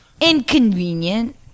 inconvenient